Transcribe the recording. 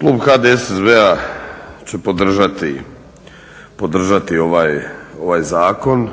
Klub HDSSB-a će podržati ovaj zakon